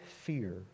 fear